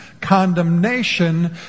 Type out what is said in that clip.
Condemnation